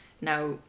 now